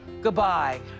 goodbye